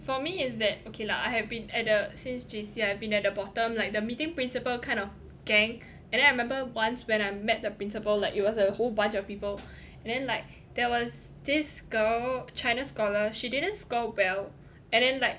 for me is that okay lah I have been at the since J_C I've been at the bottom like the meeting principal kind of gang and then I remember once when I met the principal like it was a whole bunch of people and then like there was this girl China scholar she didn't score well and then like